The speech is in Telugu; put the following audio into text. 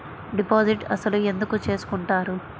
డిపాజిట్ అసలు ఎందుకు చేసుకుంటారు?